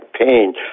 pain